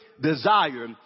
desire